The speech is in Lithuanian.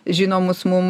žinomus mum